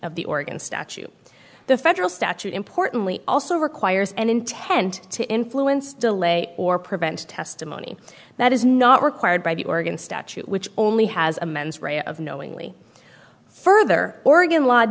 of the oregon statute the federal statute importantly also requires an intent to influence delay or prevent testimony that is not required by the oregon statute which only has a mens rea of knowingly further oregon l